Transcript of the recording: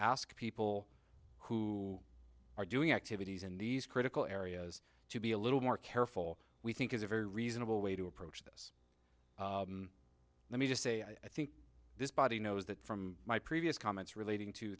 ask people who are doing activities in these critical areas to be a little more careful we think is a very reasonable way to approach them let me just say i think this body knows that from my previous comments relating to